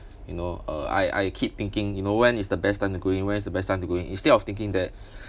you know uh I I keep thinking you know when is the best time to go in when is the best time to go in instead of thinking that